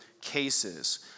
cases